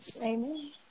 Amen